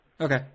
Okay